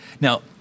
Now